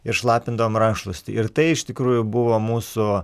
ir šlapindavom rakšluostį ir tai iš tikrųjų buvo mūsų